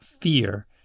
fear